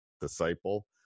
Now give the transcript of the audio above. disciple